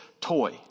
toy